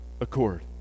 accord